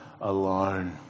alone